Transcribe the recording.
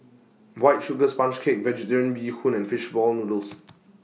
White Sugar Sponge Cake Vegetarian Bee Hoon and Fish Ball Noodles